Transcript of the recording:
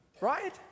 right